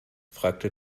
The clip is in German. fragte